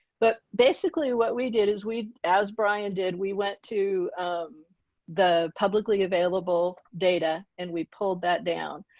but basically what we did is we as brian did. we went to the public like available data and we pulled that down.